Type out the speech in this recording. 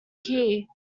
key